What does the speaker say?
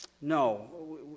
No